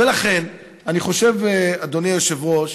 ולכן אני חושב, אדוני היושב-ראש,